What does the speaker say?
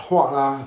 画 ah